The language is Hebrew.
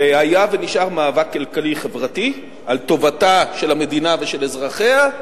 זה היה ונשאר מאבק כלכלי-חברתי על טובתה של המדינה ושל אזרחיה,